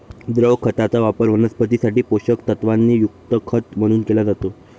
द्रव खताचा वापर वनस्पतीं साठी पोषक तत्वांनी युक्त खत म्हणून केला जातो